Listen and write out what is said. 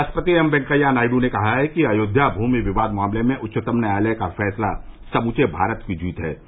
उप राष्ट्रपति एम वेंकैया नायड् ने कहा है कि अयोध्या भूमि विवाद मामले में उच्चतम न्यायालय का फैसला समूचे भारत की जीत है